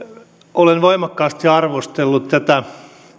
olen voimakkaasti arvostellut tätä